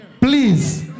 please